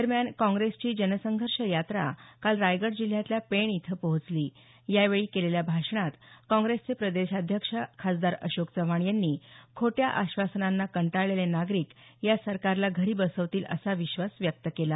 दरम्यान काँग्रेसची जनसंघर्ष यात्रा काल रायगड जिल्ह्यातल्या पेण इथं पोहोचली यावेळी केलेल्या भाषणात काँग्रेसचे प्रदेशाध्यक्ष खासदार अशोक चव्हाण यांनी खोट्या आश्वासनांना कंटाळलेले नागरिक या सरकारला घरी बसवतील असा विश्वास व्यक्त केला